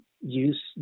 use